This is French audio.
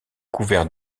couvert